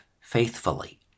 faithfully